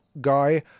guy